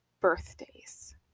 birthdays